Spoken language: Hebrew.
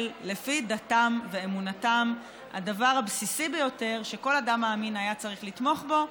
לפי דתם ואמונתם הדבר הבסיסי ביותר שכל אדם מאמין היה צריך לתמוך בו,